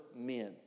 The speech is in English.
men